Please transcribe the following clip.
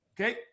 Okay